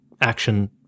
action